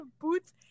boots